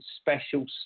special